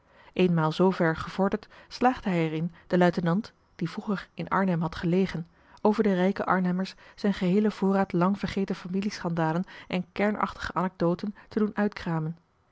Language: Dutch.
had eenmaal zoover gevorderd slaagde hij er in den luitenant die vroeger in arnhem had gelegen over de rijke arnhemmers zijn geheelen voorraad lang vergeten familie schandalen en kernachtige anecdoten te doen uitkramen